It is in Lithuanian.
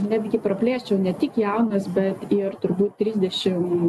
netgi praplėsčiau ne tik jaunas bet ir turbūt trisdešim